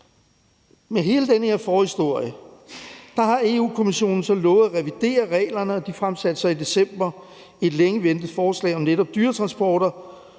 med hele den her forhistorie så lovet at revidere reglerne, og den fremsatte i december et længe ventet forslag om netop dyretransporter.